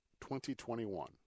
2021